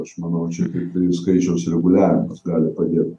aš manau čia tiktai skaičiaus reguliavimas gali padėt